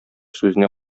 сүзенә